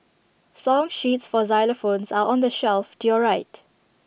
song sheets for xylophones are on the shelf to your right